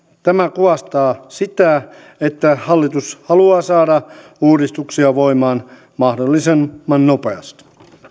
tämä kuvastaa sitä että hallitus haluaa saada uudistuksia voimaan mahdollisimman nopeasti